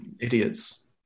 idiots